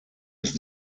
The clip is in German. ist